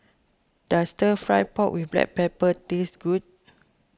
does Stir Fry Pork with Black Pepper taste good